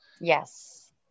Yes